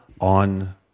on